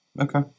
okay